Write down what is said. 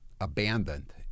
abandoned